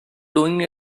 doing